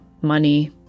money